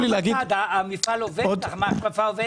שלום אטד, המחלקה עובדת?